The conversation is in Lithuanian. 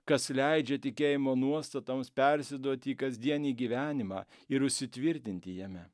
kas leidžia tikėjimo nuostatoms persiduoti į kasdienį gyvenimą ir įsitvirtinti jame